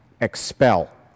expel